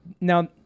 Now